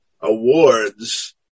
awards